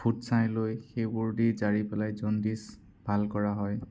foot ছাই লৈ সেইবোৰ দি জাৰি পেলাই জণ্ডিছ ভাল কৰা হয়